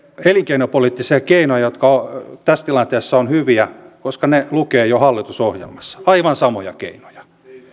elinkeinopoliittisia keinoja jotka tässä tilanteessa ovat hyviä koska ne lukevat jo hallitusohjelmassa aivan samoja keinoja